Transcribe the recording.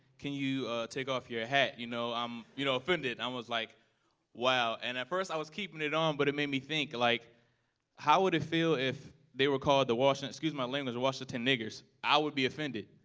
can you take off your hat? you know i'm you know offended. and i was like wow, and at first i was keeping it on, but it made me think like how would it feel if they were called the and excuse my language the washington niggers. i would be offended.